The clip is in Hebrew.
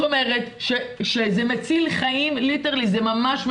זאת אומרת זה מציל חיים ממש.